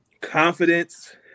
confidence